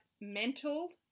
mental